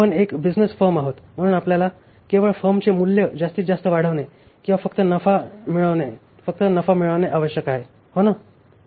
आपण एक business firm आहोत म्हणून आम्हाला केवळ फर्मचे मूल्य जास्तीतजास्त वाढवणे किंवा फक्त नफा मिळवणे आवश्यक आहे होना